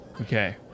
Okay